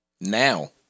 Now